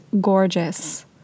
gorgeous